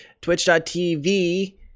twitch.tv